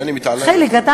וחיליק.